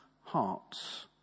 hearts